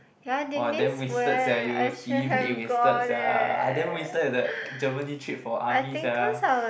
!wah! damn wasted sia you sibeh wasted sia I damn wasted at the Germany trip for army sia